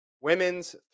Women's